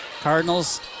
Cardinals